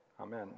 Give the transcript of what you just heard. Amen